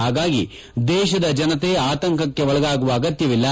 ಹಾಗಾಗಿ ದೇಶದ ಜನತೆ ಆತಂಕಕ್ಕೆ ಒಳಗಾಗುವ ಅಗತ್ಯವಿಲ್ಲ